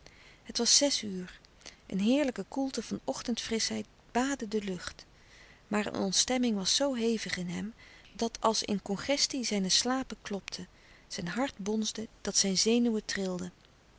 het was zes uur een heerlijke koelte van ochtend frischheid baadde de lucht maar een ontstemming was zoo hevig in hem dat als in congestie zijne slapen klopten zijn hart bonsde dat zijn zenuwen trilden